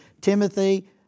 Timothy